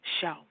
show